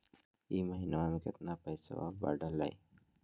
ई महीना मे कतना पैसवा बढ़लेया?